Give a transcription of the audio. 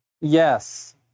yes